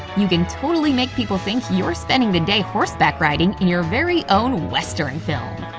you can totally make people think you're spending the day horseback riding in your very own western film!